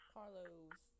Carlos